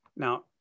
Now